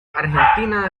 argentina